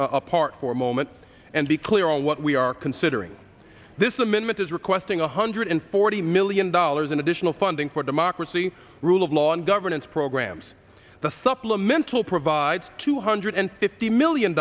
apart for a moment and be clear on what we are considering this amendment is requesting a hundred forty million dollars in additional funding for democracy rule of law and governance programs the supplemental provides two hundred fifty million